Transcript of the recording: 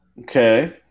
Okay